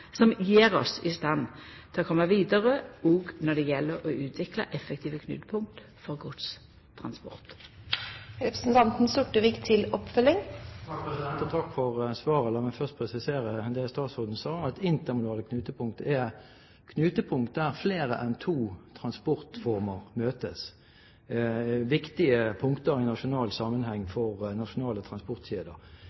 i stand til å koma vidare òg når det gjeld å utvikla effektive knutepunkt for godstransport. Takk for svaret. La meg først presisere det statsråden sa, at intermodale knutepunkt er knutepunkt der flere enn to transportformer møtes – viktige punkter i nasjonal sammenheng